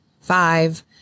five